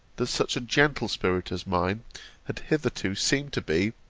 that such a gentle spirit as mine had hitherto seemed to be,